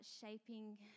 shaping